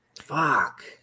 fuck